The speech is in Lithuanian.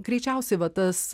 greičiausiai va tas